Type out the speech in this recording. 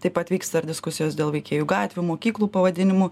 taip pat vyksta ir diskusijos dėl veikėjų gatvių mokyklų pavadinimų